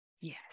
Yes